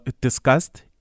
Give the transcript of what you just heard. discussed